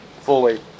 fully